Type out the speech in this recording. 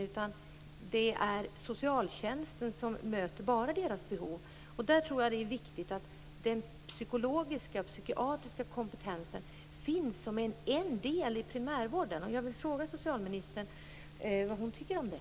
Det är endast socialtjänsten som får möta dessa behov. Jag tror att det är viktigt att den psykologiska och psykiatriska kompetensen finns som en del i primärvården. Jag vill fråga socialministern vad hon tycker om det.